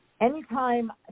anytime